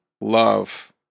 love